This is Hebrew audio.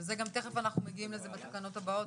ותיכף אנחנו מגיעים לזה בתקנות הבאות,